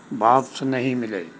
ਵਾਪਿਸ ਨਹੀਂ ਮਿਲੇ